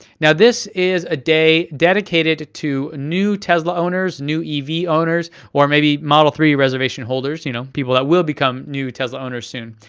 now this is a day dedicated to new tesla owners, new ev owners, or maybe model three reservation holders, you know people that will become new tesla owners soon.